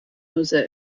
jose